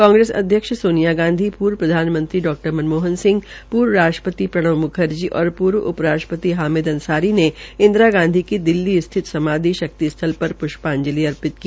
कांग्रेस अध्यक्ष सोनिया गांधी पूर्व प्रधानमंत्री डॉ मन मोहन सिंह पूर्व राष्ट्रपति प्रणब मुखर्जी और पूर्व उपराष्ट्रपति हामिद अंसारी ने इंदिरा गांधी को दिल्ली स्थित समाधि शक्ति पर प्ष्पाजंलि अर्पित की